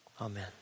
amen